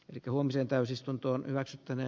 eli tuomiseen täysistuntoon hyväksyttävä